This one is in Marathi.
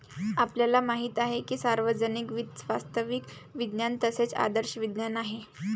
आपल्याला माहित आहे की सार्वजनिक वित्त वास्तविक विज्ञान तसेच आदर्श विज्ञान आहे